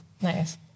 Nice